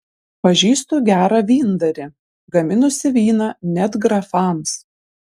pažįstu gerą vyndarį gaminusi vyną net grafams